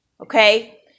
Okay